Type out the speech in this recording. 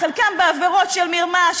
חלקם בעבירות של מרמה,